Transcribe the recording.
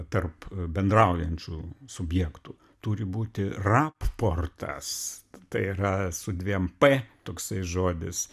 tarp bendraujančių subjektų turi būti rapportas tai yra su dviem p toksai žodis